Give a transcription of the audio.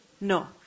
No